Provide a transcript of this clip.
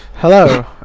Hello